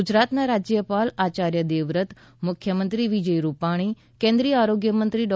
ગુજરાતના રાજ્યપાલ આચાર્ય દેવવ્રત મુખ્યમંત્રી વિજય રૂપાણી કેન્દ્રિય આરોગ્યમંત્રી ડો